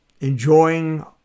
enjoying